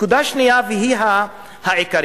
נקודה שנייה, והיא העיקרית,